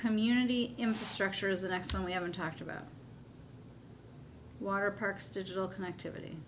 community infrastructure is an excellent we haven't talked about water parks digital connectivity